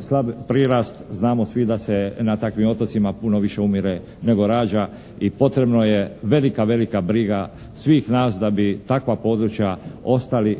slab prirast, znamo svi da se na takvim otocima puno više umire nego rađa i potrebno je velika, velika briga svih nas da bi takva područja ostali